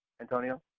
Antonio